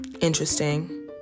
interesting